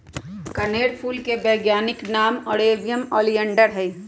कनेर फूल के वैज्ञानिक नाम नेरियम ओलिएंडर हई